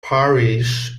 parish